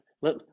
let